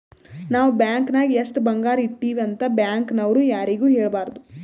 ನಾವ್ ಬ್ಯಾಂಕ್ ನಾಗ್ ಎಷ್ಟ ಬಂಗಾರ ಇಟ್ಟಿವಿ ಅಂತ್ ಬ್ಯಾಂಕ್ ನವ್ರು ಯಾರಿಗೂ ಹೇಳಬಾರ್ದು